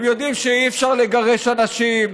הם יודעים שאי-אפשר לגרש אנשים.